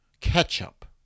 ketchup